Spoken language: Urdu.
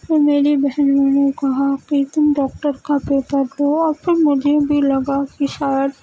تو میری بہنوں نے کہا کہ تم ڈاکٹر کا پیپر دو اور پھر مجھے بھی لگا کہ شاید